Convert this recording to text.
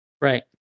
Right